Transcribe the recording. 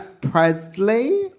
Presley